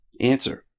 Answer